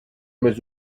mets